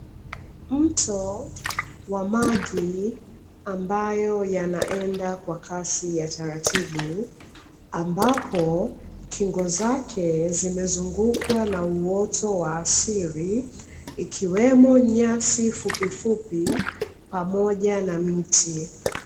Mto wa maji ambayo yanaenda kwa kasi ya taratibu, ambapo kingo zake zimezungukwa na uoto wa asili ikiwemo nyasi fupifupi pamoja na miti.